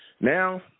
Now